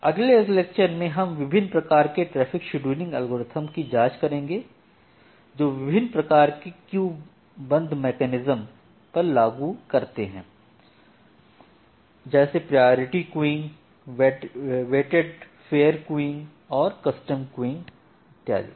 अगले लेक्चर में हम विभिन्न प्रकार के ट्रैफिक शेड्यूलिंग एल्गोरिदम की जांच करेंगे जो विभिन्न प्रकार के क्यू बद्ध मैकेनिज्म लागू करते हैं जैसे priority queuing weighted fair queuing और कस्टम क्युइंग आदि